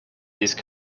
these